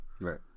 Right